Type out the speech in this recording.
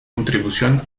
contribución